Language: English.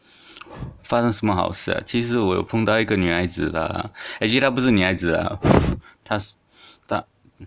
发生什么好事啊其实我有碰到一个女孩子啦 actually 她不是女孩子啦 她是她